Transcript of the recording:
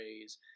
ways